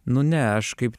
nu ne aš kaip